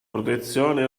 protezione